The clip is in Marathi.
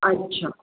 अच्छा